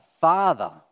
Father